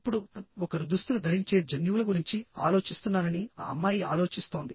ఇప్పుడుఒకరు దుస్తులు ధరించే జన్యువుల గురించి ఆలోచిస్తున్నానని ఆ అమ్మాయి ఆలోచిస్తోంది